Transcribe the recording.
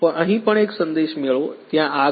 અહીં પણ એક સંદેશ મેળવો ત્યાં આગ છે